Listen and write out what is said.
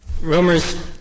rumors